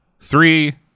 three